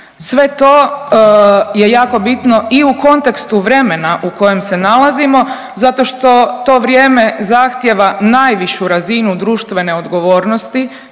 Sve to je jako bitno i u kontekstu vremena u kojem se nalazimo zato što to vrijeme zahtjeva najvišu razinu društvene odgovornosti